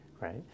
right